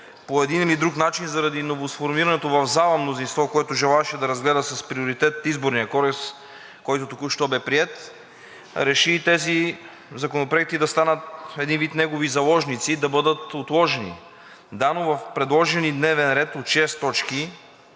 по един или друг начин заради новосформираното в залата мнозинство, което желаеше да разгледа с приоритет Изборния кодекс, който току-що бе приет, реши тези законопроекти да станат един вид негови заложници и да бъдат отложени. В предложения ни дневен ред от шест точки